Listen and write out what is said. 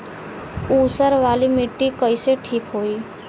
ऊसर वाली मिट्टी कईसे ठीक होई?